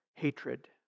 Hatred